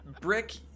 Brick